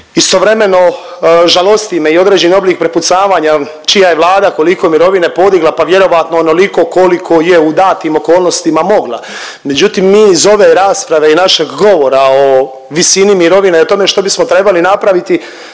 Istovremeno žalosti me i određeni oblik prepucavanja čija je Vlada koliko mirovine podigla, pa vjerojatno onoliko koliko je u datim okolnostima mogla. Međutim, mi iz ove rasprave i našeg govora o visini mirovine i o tome što bismo trebali napraviti